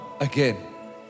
again